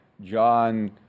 John